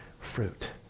fruit